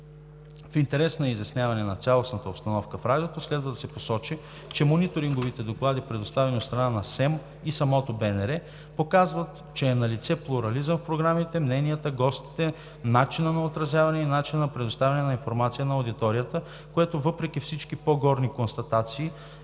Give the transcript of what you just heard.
В интерес на изясняване на цялостната обстановка в Радиото, следва да се посочи, че мониторинговите доклади, предоставени от страна на Съвета за електронни медии и самото Българско национално радио, показват, че е налице плурализъм в програмите, мненията, гостите, начина на отразяване и начина на предоставяне на информация на аудиторията, което въпреки всички по-горни констатации е индикация